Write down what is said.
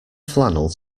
flannel